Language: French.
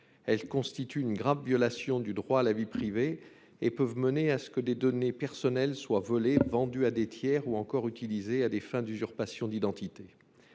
elles constituent une grave violation du droit à la vie privée et peuvent avoir pour conséquence que des données personnelles soient volées, vendues à des tiers ou encore utilisées à des fins d’usurpation d’identité.